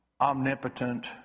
omnipotent